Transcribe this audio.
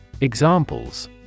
Examples